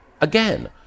Again